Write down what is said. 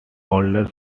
older